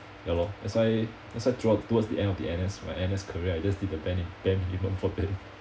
ya lor that's why that's why throughout towards the end of the N_S my N_S career I just did the bare nim~ bare minimum for them